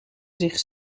zich